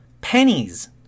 Pennies